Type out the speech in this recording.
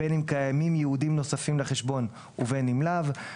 בין אם קיימים ייעודים לנוספים לחשבון ובין אם לאו.